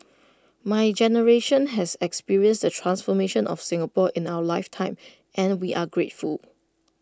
my generation has experienced the transformation of Singapore in our life time and we are grateful